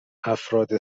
افراد